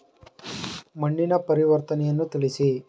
ಮಣ್ಣಿನ ಪರಿವರ್ತನೆಯನ್ನು ತಿಳಿಸಿ?